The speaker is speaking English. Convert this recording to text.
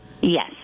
Yes